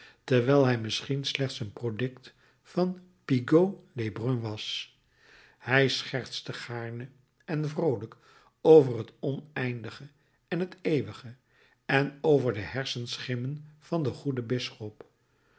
terwijl hij misschien slechts een product van pigault lebrun was hij schertste gaarne en vroolijk over het oneindige en het eeuwige en over de hersenschimmen van den goeden bisschop